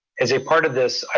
as a part of this,